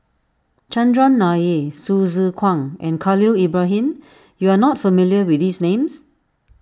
Chandran Nair Hsu Tse Kwang and Khalil Ibrahim you are not familiar with these names